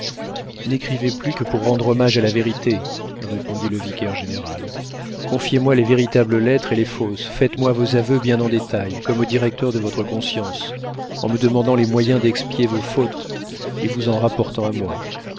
n'écrivez plus que pour rendre hommage à la vérité répondit le vicaire-général confiez moi les véritables lettres et les fausses faites-moi vos aveux bien en détail comme au directeur de votre conscience en me demandant les moyens d'expier vos fautes et vous en rapportant à moi